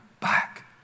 back